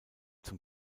zum